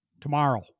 tomorrow